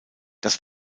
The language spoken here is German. das